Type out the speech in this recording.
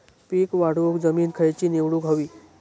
पीक वाढवूक जमीन खैची निवडुक हवी?